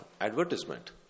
advertisement